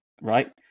right